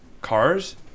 cars